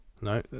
no